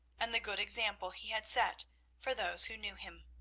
and the good example he had set for those who knew him.